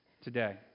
today